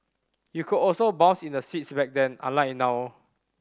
you could also bounce in the seats back then unlike now